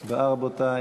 הצבעה, רבותי.